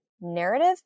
narrative